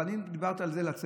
אבל הינה, דיברת על לצאת.